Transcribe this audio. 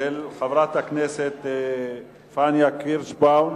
של חברת הכנסת פניה קירשנבאום,